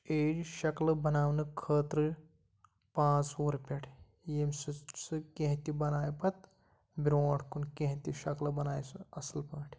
age شکلہٕ بَناونہٕ خٲطرٕ پانٛژھ وُہُر پٮ۪ٹھ ییٚمہِ سۭتۍ سُہ کیٚنٛہہ تہِ بَنایہِ پَتہٕ برٛونٛٹھ کُن کیٚنٛہہ تہِ شَکلہٕ بَنایہِ سُہ اَصٕل پٲٹھۍ